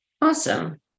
Awesome